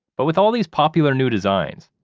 but with all these popular new designs,